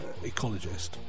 ecologist